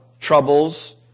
troubles